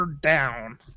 down